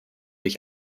ich